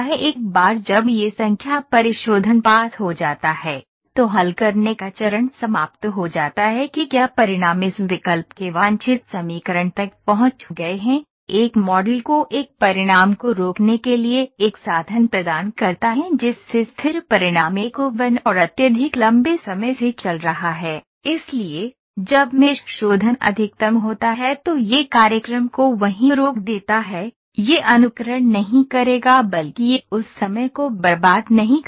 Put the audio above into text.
एक बार जब यह संख्या परिशोधन पास हो जाता है तो हल करने का चरण समाप्त हो जाता है कि क्या परिणाम इस विकल्प के वांछित समीकरण तक पहुंच गए हैं एक मॉडल को एक परिणाम को रोकने के लिए एक साधन प्रदान करता है जिससे स्थिर परिणाम एक ओवन और अत्यधिक लंबे समय से चल रहा है इसलिए जब मेष शोधन अधिकतम होता है तो यह कार्यक्रम को वहीं रोक देता है यह अनुकरण नहीं करेगा बल्कि यह उस समय को बर्बाद नहीं करेगा